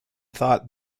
thought